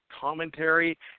commentary